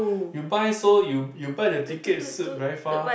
you buy so you you buy the tickets very far